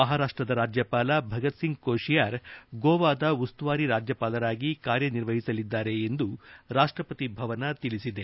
ಮಹಾರಾಷ್ಲದ ರಾಜ್ಲಪಾಲ ಭಗತ್ಸಿಂಗ್ ಕೋಶಿಯಾರ್ ಗೋವಾದ ಉಸ್ತುವಾರಿ ರಾಜ್ಲಪಾಲರಾಗಿ ಕಾರ್ಯನಿರ್ವಹಿಸಲಿದ್ದಾರೆ ಎಂದು ರಾಷ್ಟಪತಿ ಭವನ ತಿಳಿಸಿದೆ